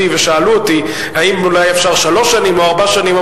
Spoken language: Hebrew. ושאלו אותי: האם אפשר לשלוש שנים או לארבע שנים?